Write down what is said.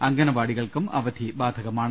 അംഗൻവാടികൾക്കും അവധി ബാധകമാണ്